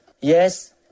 Yes